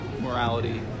morality